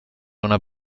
una